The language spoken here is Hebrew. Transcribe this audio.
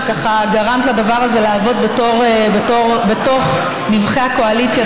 שגרמת לדבר הזה לעבוד בתוך נבכי הקואליציה,